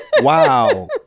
Wow